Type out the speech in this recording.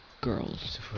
girls